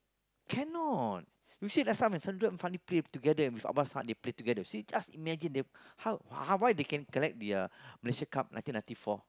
cannot you see last time when Sundram and Fandi play together and with Abbas-Saad they play together you see just imagine they how why they can collect the Malaysian Cup nineteen ninety four